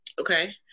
Okay